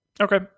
Okay